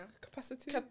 Capacity